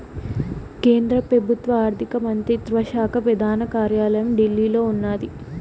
కేంద్ర పెబుత్వ ఆర్థిక మంత్రిత్వ శాక పెదాన కార్యాలయం ఢిల్లీలో ఉన్నాది